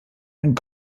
and